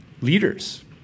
leaders